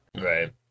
Right